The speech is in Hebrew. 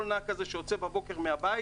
כל נהג כזה שיוצא בבוקר מהבית,